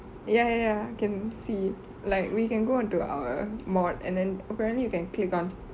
ya ya ya can see like we can go onto our mod and then apparently you can click on